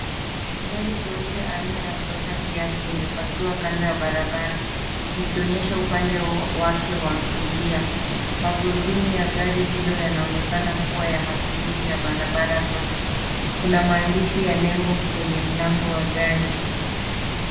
Gari jeupe aina ya Toyota Hiace limepakiwa kando ya barabara, likionyesha upande wake wa kulia. Magurudumu ya gari hilo yanaonekana kuwa ya matumizi ya barabara zote. Kuna maandishi ya nembo kwenye mlango wa gari.